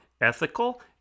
ethical